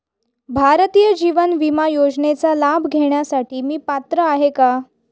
भारतीय जीवन विमा योजनेचा लाभ घेण्यासाठी मी पात्र आहे का?